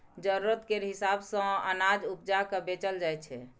जरुरत केर हिसाब सँ अनाज उपजा केँ बेचल जाइ छै